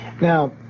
Now